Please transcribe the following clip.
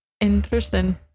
Interesting